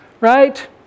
right